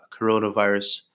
coronavirus